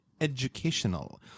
educational